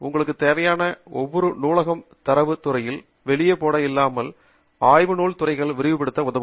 உங்களுக்கு தேவையான ஒவ்வொரு நூலகம் தரவு துறையில் வெளியே போட இல்லாமல் உங்கள் ஆய்வு நூல் துறைகள் விரிவுப்படுத்த உதவும்